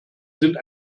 sind